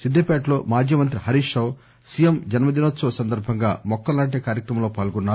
సిద్దిపేటలో మాజీ మంత్రి హరీష్ రావు సీఎం జన్మదినోత్సవం సందర్బంగా మొక్కలు నాటే కార్యక్రమంలో పాల్గొన్నారు